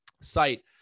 site